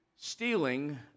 stealing